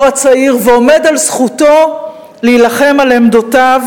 הצעיר ועומד על זכותו להילחם על עמדותיו,